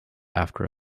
after